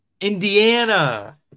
Indiana